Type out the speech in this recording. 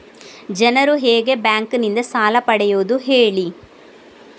ಜನರು ಹೇಗೆ ಬ್ಯಾಂಕ್ ನಿಂದ ಸಾಲ ಪಡೆಯೋದು ಹೇಳಿ